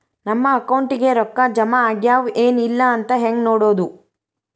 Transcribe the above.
ನಮ್ಮ ಅಕೌಂಟಿಗೆ ರೊಕ್ಕ ಜಮಾ ಆಗ್ಯಾವ ಏನ್ ಇಲ್ಲ ಅಂತ ಹೆಂಗ್ ನೋಡೋದು?